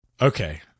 okay